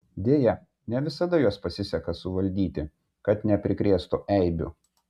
deja ne visada juos pasiseka suvaldyti kad neprikrėstų eibių